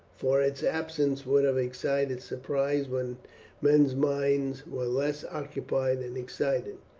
for its absence would have excited surprise when men's minds were less occupied and excited.